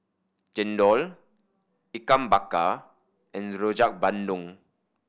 Chendol Ikan Bakar and Rojak Bandung